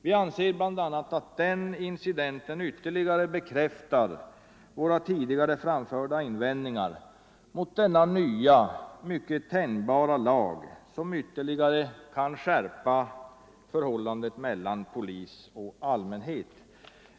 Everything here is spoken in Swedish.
Vi anser att bl.a. den incidenten ytterligare bekräftar våra tidigare framförda invändningar mot denna nya mycket tänjbara lag, som ytterligare kan skärpa förhållandet mellan polis och allmänhet.